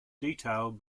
detailed